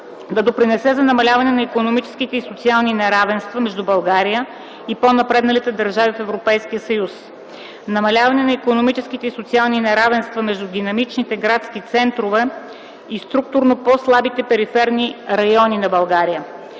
да допринесе за намаляване на икономическите и социални неравенства между България и по-напредналите държави в Европейския съюз; - намаляване на икономическите и социални неравенства между динамичните градски центрове и структурно по-слабите периферни райони на България.